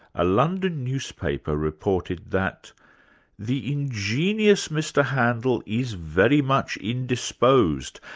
a london newspaper reported that the ingenious mr handel is very much indisposed,